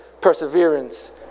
perseverance